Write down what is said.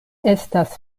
estas